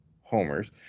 homers